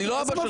אני לא בא שלך.